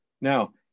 Now